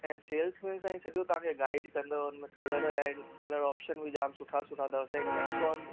ऐं सैल्समेन साईं सॼो तव्हांखे गाईड कंदव उन में कलर आहिनि कलर ऑप्शन बि जाम सुठा सुठा अथव साईं नैक्सोन